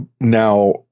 now